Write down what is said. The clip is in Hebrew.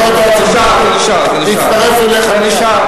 אחרת מישהו היה צריך להצטרף אליך.